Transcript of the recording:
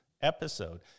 episode